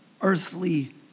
earthly